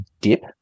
dip